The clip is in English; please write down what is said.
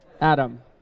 Adam